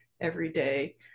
everyday